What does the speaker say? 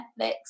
Netflix